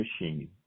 machine